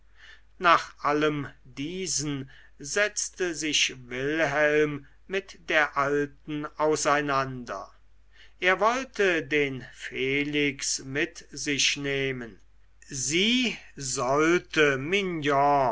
nach allem diesen setzte sich wilhelm mit der alten auseinander er wollte den felix mit sich nehmen sie wollte